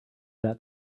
that